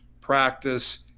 practice